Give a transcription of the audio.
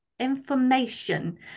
information